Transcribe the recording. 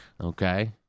Okay